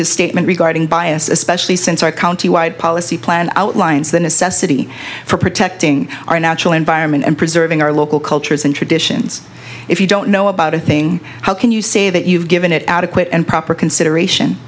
his statement regarding bias especially since our county wide policy plan outlines the necessity for protecting our natural environment and preserving our local cultures and traditions if you don't know about a thing how can you say that you've given it adequate and proper consideration